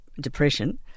depression